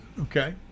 Okay